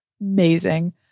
Amazing